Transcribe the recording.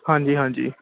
ਹਾਂਜੀ ਹਾਂਜੀ